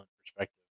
perspective